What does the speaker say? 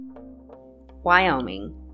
Wyoming